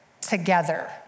together